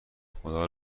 خدا